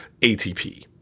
ATP